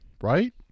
Right